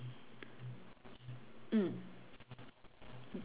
mm